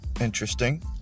interesting